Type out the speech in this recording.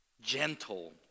gentle